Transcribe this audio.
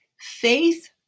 Faith